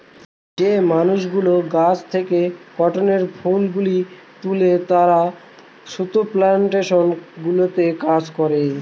যে মানুষগুলো গাছ থেকে কটনের ফুল গুলো তুলে তারা সুতা প্লানটেশন গুলোতে কাজ করে